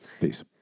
peace